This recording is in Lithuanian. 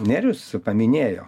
nerijus paminėjo